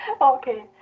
Okay